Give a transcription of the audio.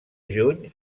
juny